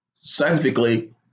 Scientifically